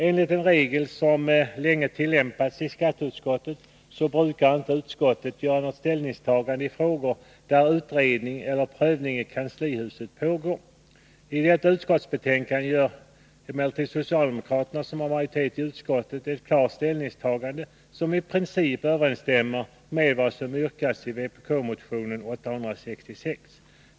Enligt en regel som länge tillämpats i skatteutskottet brukar utskottet inte göra något ställningstagande i frågor som är föremål för utredning eller prövning i kanslihuset. I detta utskottsbetänkande gör emellertid socialdemokraterna, som har majoritet i utskottet, ett klart ställningstagande som i princip överensstämmer med vad som yrkas i vpk-motionen 866.